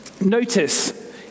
Notice